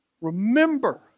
Remember